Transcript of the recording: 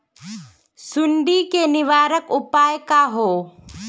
सुंडी के निवारक उपाय का होए?